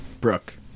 Brooke